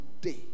day